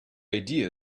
idea